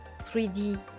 3D